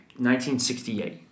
1968